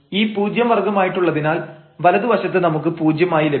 ഈ 0 വർഗ്ഗമായിട്ടുള്ളതിനാൽ വലതു വശത്ത് നമുക്ക് 0 ആയി ലഭിക്കും